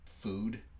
food